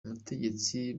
umutegetsi